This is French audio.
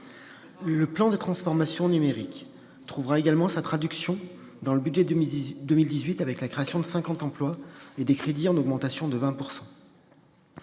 Le plan de transformation numérique trouvera également sa traduction dans le budget 2018 avec la création de 50 emplois et des crédits en augmentation de 20 %.